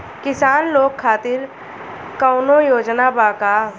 किसान लोग खातिर कौनों योजना बा का?